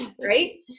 Right